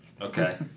Okay